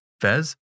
Fez